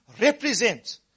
represent